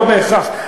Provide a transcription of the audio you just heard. לא בהכרח.